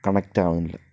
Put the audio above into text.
കണക്റ്റാവണില്ല